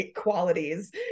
qualities